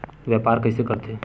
व्यापार कइसे करथे?